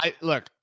Look